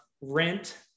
rent